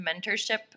mentorship